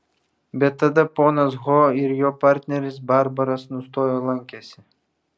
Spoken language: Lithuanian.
bet tada ponas ho ir jo partneris barbaras nustojo lankęsi